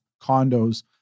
condos